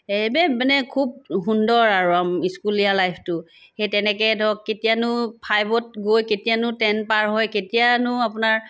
মানে খুব সুন্দৰ আৰু স্কুলীয়া লাইফটো সেই তেনেকৈ ধৰক কেতিয়ানো ফাইভত গৈ কেতিয়ানো টেন পাৰ হৈ কেতিয়ানো আপোনাৰ